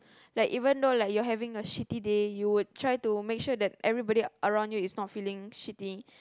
like even though you're having a shitty day you will try to make sure everybody around you is not feeling shitty